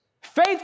Faith